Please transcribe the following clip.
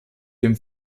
dem